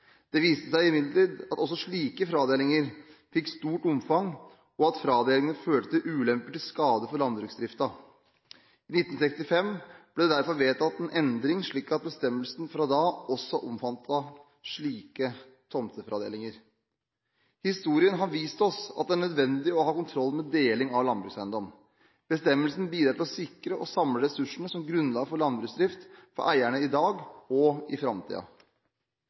Det viste seg imidlertid at også slike fradelinger fikk stort omfang, og at fradelingene førte til ulemper til skade for landbruksdriften. I 1965 ble det derfor vedtatt en endring slik at bestemmelsen fra da også omfattet slike tomtefradelinger. Historien har vist oss at det er nødvendig å ha kontroll med deling av landbrukseiendom. Bestemmelsen bidrar til å sikre og samle ressursene som grunnlag for landbruksdrift for eierne i dag og i